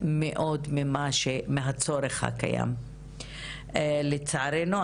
מאוד מהצורך הקיים, לצערנו.